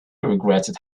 regretted